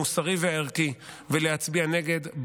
המוסרי והערכי ולהצביע נגד,